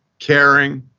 caring,